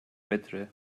metre